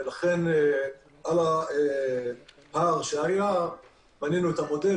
ולכן על הפער שהיה בנינו את המודל.